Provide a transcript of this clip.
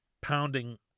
pounding